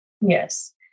Yes